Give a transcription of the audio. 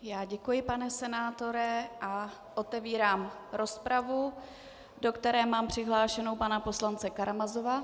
Já děkuji, pane senátore, a otevírám rozpravu, do které mám přihlášeného pana poslance Karamazova.